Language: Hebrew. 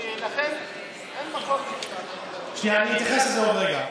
ולכן אין מקום, אני אתייחס לזה עוד רגע.